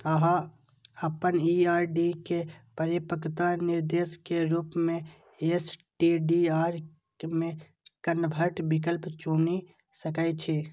अहां अपन ई आर.डी के परिपक्वता निर्देश के रूप मे एस.टी.डी.आर मे कन्वर्ट विकल्प चुनि सकै छी